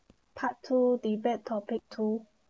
part two debate topic two